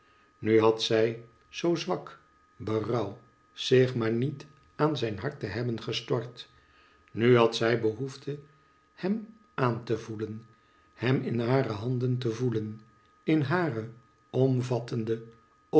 nu had zij zoo zwak berouw zich maar niet aan zijn hart te hebben gestort nu had zij behoefte hem aan te voelen hem in hare handen te voelen in hare omvattende